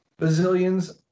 bazillions